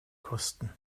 kosten